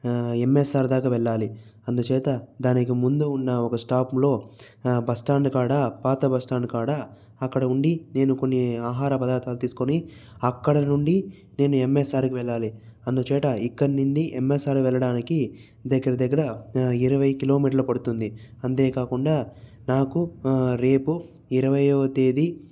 MSR దాక వెళ్ళాలి అందుచేత దానికి ముందు ఉన్న ఒక స్టాప్లో బస్ స్టాండ్ కాడ పాత బస్ స్టాండ్ కాడ అక్కడ ఉండి నేను కొన్ని ఆహార పదార్థాలు తీసుకొని అక్కడి నుండి నేను ఎంఎస్ఆర్కు వెళ్ళాలి అందుచేత ఇక్కడి నుండి ఎంఎస్ఆర్ వెళ్ళడానికి దగ్గర దగ్గర ఇరవై కిలోమీటర్లు పడుతుంది అంతేకాకుండా నాకు రేపు ఇరవైయో తేదీ